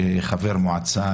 שחבר מועצה,